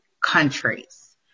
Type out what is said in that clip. countries